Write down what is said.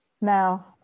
Now